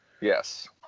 Yes